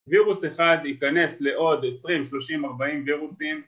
‫וירוס אחד ייכנס ‫לעוד 20-30-40 וירוסים.